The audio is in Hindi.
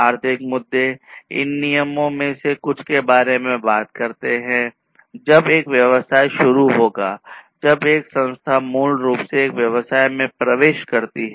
आर्थिक मुद्दे इन नियमों में से कुछ के बारे में बात करते हैं जब एक व्यवसाय शुरू होगा जब एक संस्था मूल रूप से एक व्यवसाय में प्रवेश करती है